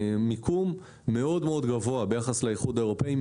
במיקום מאוד מאוד גבוה ביחס לאיחוד האירופאי.